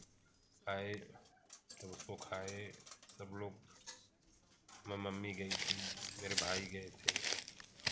आए तब उसको खाए सब लोग मेरी मम्मी गई थी मेरे भाई गए थे